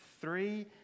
three